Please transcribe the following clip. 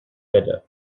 better